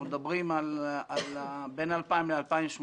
אנחנו מדברים על בין 2000 ל-2018,